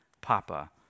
papa